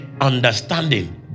understanding